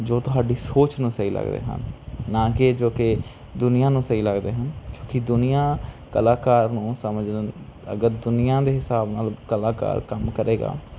ਜੋ ਤੁਹਾਡੀ ਸੋਚ ਨੂੰ ਸਹੀ ਲੱਗਦੇ ਹਨ ਨਾ ਕਿ ਜੋ ਕਿ ਦੁਨੀਆ ਨੂੰ ਸਹੀ ਲੱਗਦੇ ਹਨ ਕਿਉਂਕਿ ਦੁਨੀਆ ਕਲਾਕਾਰ ਨੂੰ ਸਮਝ ਅਗਰ ਦੁਨੀਆ ਦੇ ਹਿਸਾਬ ਨਾਲ ਕਲਾਕਾਰ ਕੰਮ ਕਰੇਗਾ